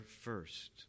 first